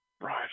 Right